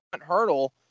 Hurdle